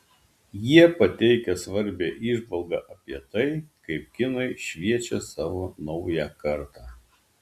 jie pateikia svarbią įžvalgą apie tai kaip kinai šviečia savo naują kartą